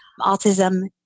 autism